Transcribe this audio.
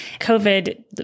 COVID